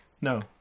No